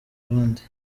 abandi